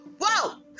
whoa